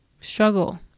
struggle